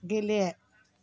गेले